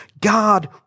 God